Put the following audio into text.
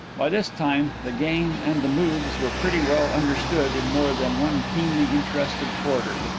by this time the game and the moves were pretty well understood in more than one keenly interested quarter.